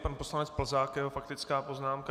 Pan poslanec Plzák a jeho faktická poznámka.